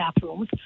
bathrooms